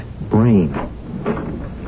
brain